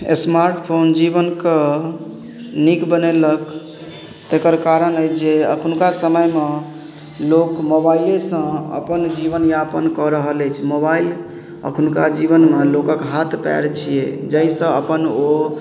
smartphone जीवनके नीक बनेलक तेकर कारण अछि जे अखुनका समयमे लोक मोबाइलेसँ अपन जीवनयापन कऽ रहल अछि मोबाइल अखुनका जीवनमे लोकक हाथ पएर छियै जाहिसँ अपन ओ